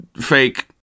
fake